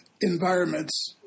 environments